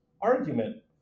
argument